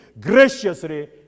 graciously